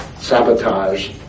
sabotage